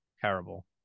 terrible